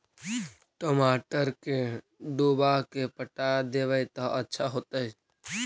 टमाटर के डुबा के पटा देबै त अच्छा होतई?